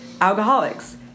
alcoholics